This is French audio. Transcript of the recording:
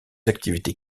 activités